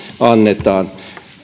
annetaan